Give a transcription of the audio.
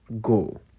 go